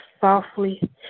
softly